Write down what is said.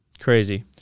crazy